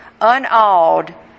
unawed